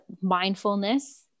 mindfulness